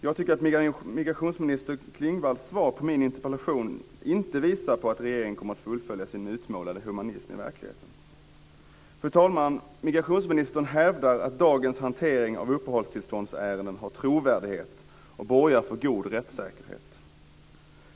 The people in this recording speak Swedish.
Jag tycker att migrationsminister Klingvalls svar på min interpellation inte visar på att regeringen kommer att fullfölja sin utmålade humanism i verkligheten. Fru talman! Migrationsministern hävdar att dagens hantering av uppehållstillståndsärenden har trovärdighet och borgar för god rättssäkerhet.